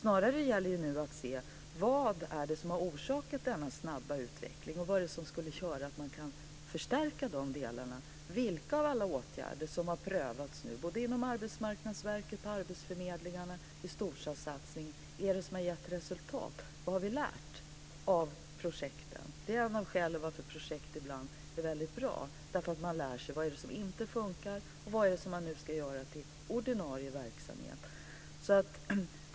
Snarare gäller nu att se vad det är som har orsakat denna snabba utveckling och vad det är som skulle göra att man kan förstärka de delarna. Vilka av alla åtgärder som har prövats, inom Arbetsmarknadsverket, på arbetsförmedlingarna och i storstadssatsningen, är det som har gett resultat? Vad har vi lärt av projekten? Det är ett av skälen till att projekt ibland är väldigt bra, därför att man lär sig vad som inte funkar och vad man ska göra till ordinarie verksamhet.